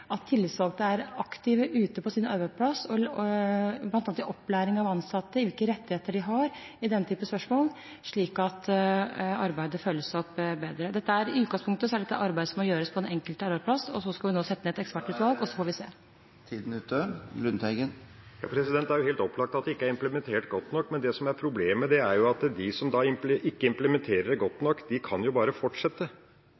at tillitsvalgte er aktive ute på sin arbeidsplass, bl.a. i opplæring av ansatte om hvilke rettigheter de har i denne typen spørsmål, slik at arbeidet følges opp bedre. I utgangspunktet er dette et arbeid som må gjøres på den enkelte arbeidsplass. Nå skal vi sette ned et ekspertutvalg, så får vi se. Det er helt opplagt at dette ikke er implementert godt nok. Det som er problemet, er at de som ikke implementerer det godt